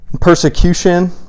persecution